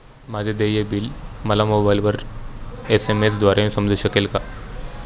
माझे देय बिल मला मोबाइलवर एस.एम.एस द्वारे समजू शकेल का?